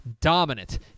dominant